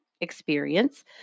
experience